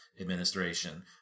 administration